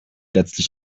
letztlich